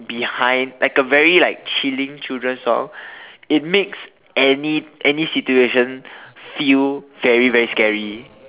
behind like a very like chilling children song it makes any any situation feel very very scary